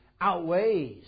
outweighs